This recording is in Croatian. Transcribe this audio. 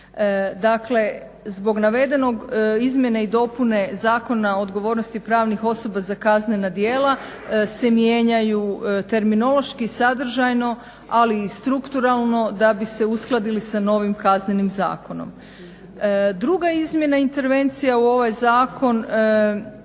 Dakle, zbog navedenog izmjene i dopune Zakona o odgovornosti pravnih osoba za kaznena djela se mijenjaju terminološki, sadržajno, ali i strukturalno da bi se uskladili sa novim Kaznenim zakonom. Druga izmjena i intervencija u ovaj zakon